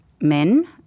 men